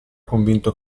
convinto